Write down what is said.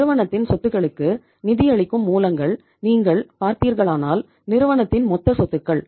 நிறுவனத்தின் சொத்துக்களுக்கு நிதியளிக்கும் மூலங்கள் நீங்கள் பார்த்தீர்களானால் நிறுவனத்தின் மொத்த சொத்துக்கள்